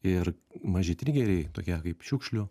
ir maži trigeriai tokie kaip šiukšlių